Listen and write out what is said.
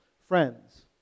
Friends